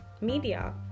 media